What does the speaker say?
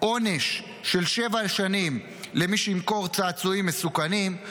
עונש של שבע שנים למי שימכור צעצועים מסוכנים.